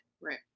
Right